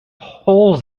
holes